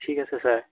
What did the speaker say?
ঠিক আছে ছাৰ